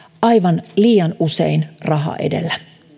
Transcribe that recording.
aivan liian usein raha edellä